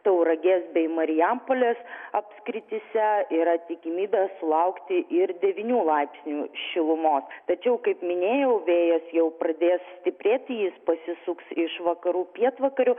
tauragės bei marijampolės apskrityse yra tikimybė sulaukti ir devynių laipsnių šilumos tačiau kaip minėjau vėjas jau pradės stiprėti jis pasisuks iš vakarų pietvakarių